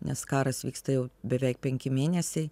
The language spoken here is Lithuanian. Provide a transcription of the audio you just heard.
nes karas vyksta jau beveik penki mėnesiai